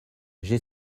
j’ai